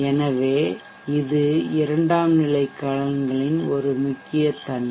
எனவே இது இரண்டாம் நிலை கலன்களின் ஒரு முக்கிய நன்மை